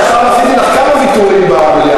אני אומר שהפעם עשיתי לך כמה ויתורים במליאה,